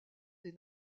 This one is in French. des